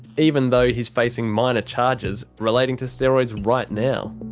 even though he's facing minor charges relating to steroids right now.